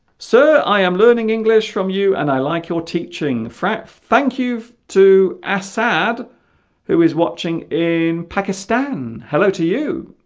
sir i am learning english from you and i like your teaching the frank thank you to assad who is watching in pakistan hello to you